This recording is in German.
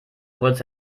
wolltest